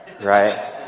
right